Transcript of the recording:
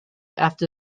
after